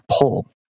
pull